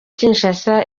kinshasa